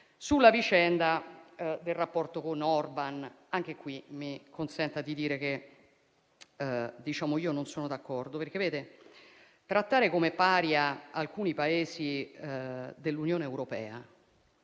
Sulla vicenda del rapporto con Orbán, anche qui mi consenta di dire che non sono d'accordo, perché trattare come paria alcuni Paesi dell'Unione europea